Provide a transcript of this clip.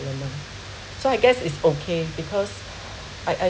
element so I guess it's okay because I I